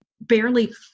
barely